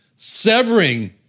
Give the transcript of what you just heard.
severing